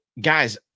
guys